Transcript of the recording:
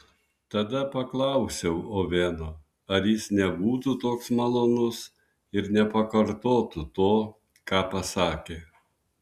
tada paklausiau oveno ar jis nebūtų toks malonus ir nepakartotų to ką pasakė